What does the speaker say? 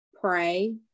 pray